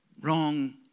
wrong